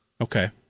Okay